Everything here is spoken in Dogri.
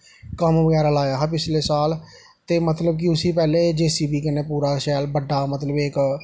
कम्म बगैरा लाया हा पिछले साल ते मतलब कि उसी पैह्लें जे सी बी कन्नै पूरा शैल बड्डा मतलब इक